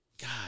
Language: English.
God